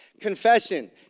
Confession